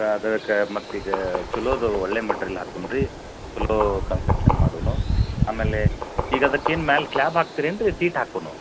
ಮತ್ತು ಈಗ ಚಲೋದು ಒಳ್ಳೆ ಮೆಟ್ರಿಯಲ್ ಹಾಕೂಣ್ ರೀ ಚಲೋ ಕನ್ಸ್ಟ್ರಕ್ಷನ್ ಮಾಡೋಣು ಆಮೇಲೆ ಈಗ ಅದಕ್ಕೇನು ಮ್ಯಾಲೆ ಸ್ಲ್ಯಾಬ್ ಹಾಕ್ತಿರೇನು ರಿ ಸೀಟ್ ಹಾಕೋಣು